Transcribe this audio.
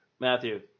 Matthew